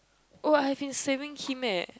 oh I've been saving him eh